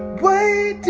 way